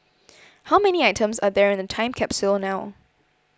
how many items are there in the time capsule now